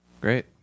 great